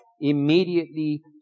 immediately